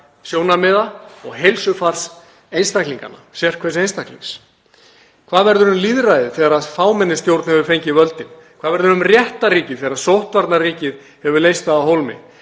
sjónarmiða og heilsufars sérhvers einstaklings? Hvað verður um lýðræðið þegar fámennisstjórn hefur fengið völdin? Hvað verður um réttarríkið þegar sóttvarnaríkið hefur leyst það af hólmi?